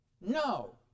No